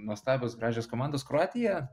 nuostabios gražios komandos kroatija